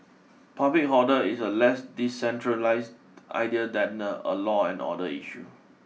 public hoarder is a less decentralised idea than a a law and order issue